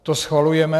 To schvalujeme.